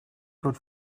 good